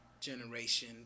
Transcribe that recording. generation